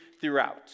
throughout